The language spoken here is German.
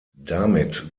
damit